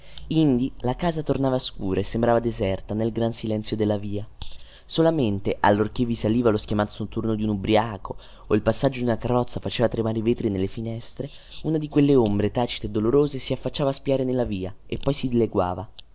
indi la casa tornava scura e sembrava deserta nel gran silenzio della via solamente allorchè vi saliva lo schiamazzo notturno di un ubriaco o il passaggio di una carrozza faceva tremare i vetri nelle finestre una di quelle ombre tacite e dolorose si affacciava a spiare nella via e poi si dileguava